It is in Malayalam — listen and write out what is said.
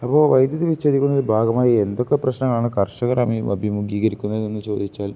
അപ്പോൾ വൈദ്യുതി വിച്ഛേദിക്കുന്ന ഒരു ഭാഗമായി എന്തൊക്കെ പ്രശ്നങ്ങളാണ് കർഷകർ അഭിമുഖീകരിക്കുന്നതെന്ന് ചോദിച്ചാൽ